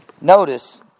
notice